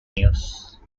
news